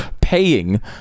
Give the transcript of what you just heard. Paying